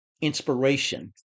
inspiration